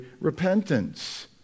repentance